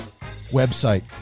website